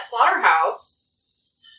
slaughterhouse